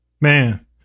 Man